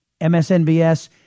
MSNBS